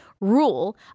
rule